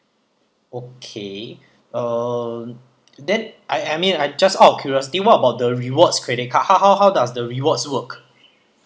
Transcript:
okay um then I I mean I just out of curiosity what about the rewards credit how how does the rewards work